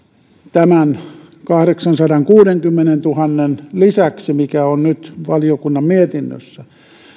tämän kahdeksansadankuudenkymmenentuhannen lisäksi mikä on nyt valiokunnan mietinnössä